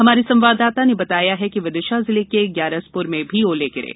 हमारे संवाददाता ने बताया कि विदिशा जिले के ग्यारसपुर में भी ओले गिरे